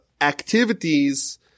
activities